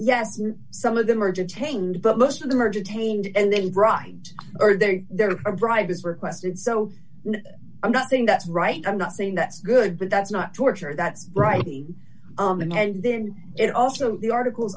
yes some of them are detained but most of them are detained and they grind are they there is a bribe is requested so i'm not saying that's right i'm not saying that's good but that's not torture that's writing and then it also the articles